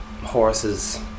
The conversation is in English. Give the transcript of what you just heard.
horses